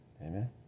Amen